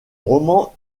roman